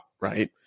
right